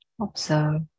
observe